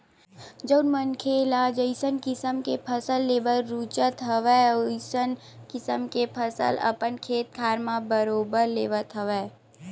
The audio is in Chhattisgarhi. जउन मनखे मन ल जइसन किसम के फसल लेबर रुचत हवय अइसन किसम के फसल अपन खेत खार मन म बरोबर लेवत हवय